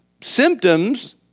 symptoms